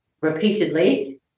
repeatedly